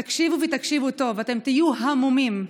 תקשיבו, ותקשיבו טוב, אתם תהיו המומים: